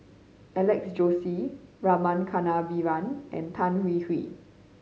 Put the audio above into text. Alex Josey Rama Kannabiran and Tan Hwee Hwee